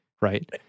right